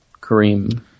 Kareem